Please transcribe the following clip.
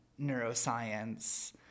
neuroscience